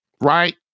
right